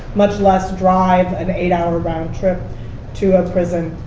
much less drive an eight-hour round trip to a prison.